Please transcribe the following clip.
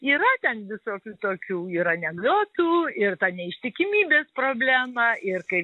yra ten visokių tokių ir anekdotų ir ta neištikimybės problema ir kai